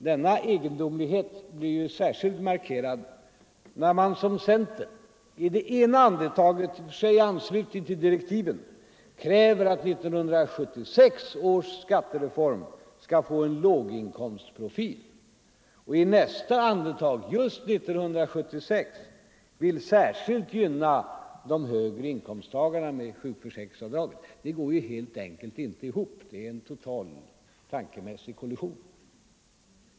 Denna egendomlighet blir ju särskilt markerad när man som centern i det ena andetaget — i anslutning till direktiven — kräver att 1976 års skattereform skall få en låginkomstprofil och i nästa andetag, just 1976, vill särskilt gynna de högre inkomsttagarna med sjukförsäkringsavdraget. Det går helt enkelt inte ihop. Det är en total tankemässig kollision.